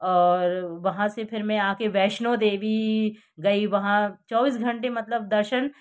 और वहाँ से फिर मै आके वैष्णो देवी गई वहाँ चौबीस घंटे मतलब दर्शन